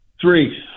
three